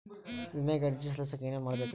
ವಿಮೆಗೆ ಅರ್ಜಿ ಸಲ್ಲಿಸಕ ಏನೇನ್ ಮಾಡ್ಬೇಕ್ರಿ?